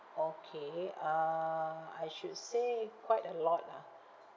okay uh I should say quite a lot ah